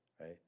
right